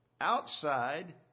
outside